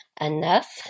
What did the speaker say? enough